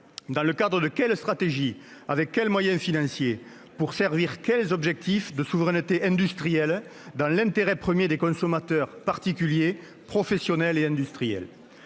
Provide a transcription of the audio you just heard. Dans le cadre de quelle stratégie sommes-nous ? Avec quels moyens financiers ? Pour servir quels objectifs de souveraineté industrielle, dans l'intérêt premier des consommateurs aussi bien particuliers, professionnels qu'industriels ?